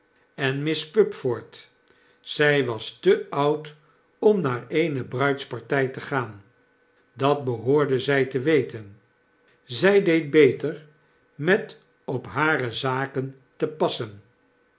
en miss pupford zjj was te oud om naar eene bruidspartg te gaan dat behoorde zy te weten zy deed beter met op hare zaken te passen